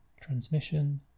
Transmission